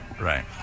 Right